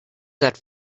set